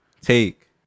take